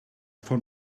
von